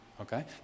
Okay